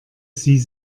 sie